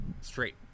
straight